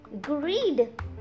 Greed